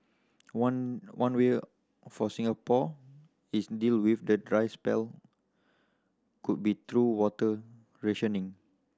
one one way for Singapore is deal with the dry spell could be through water rationing